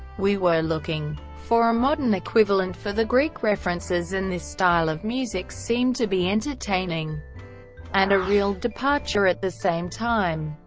we were looking for a modern equivalent for the greek references and this style of music seemed to be entertaining and a real departure at the same time.